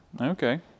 Okay